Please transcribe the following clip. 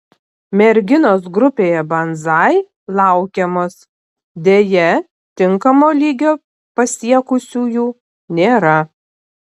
merginos grupėje banzai laukiamos deja tinkamo lygio pasiekusiųjų nėra